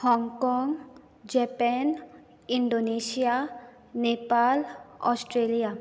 हाँगकाँग Japan Indonesia Nepal Australia